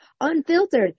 unfiltered